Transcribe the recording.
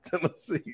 Tennessee